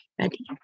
ready